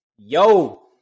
Yo